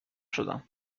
شدم